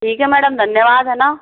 ठीक है मैडम धन्यवाद है ना